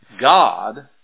God